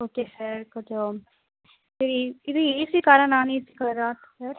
okay sir கொஞ்சம் சரி இது ஏசி காரா நான் ஏசி காரா சார்